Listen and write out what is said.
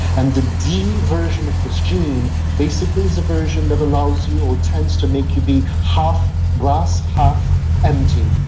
and the d version of this gene basically is a version that allows you or tends to make you be half glass, half empty,